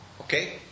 Okay